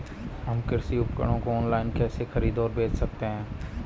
हम कृषि उपकरणों को ऑनलाइन कैसे खरीद और बेच सकते हैं?